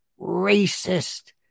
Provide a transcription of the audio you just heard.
racist